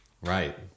right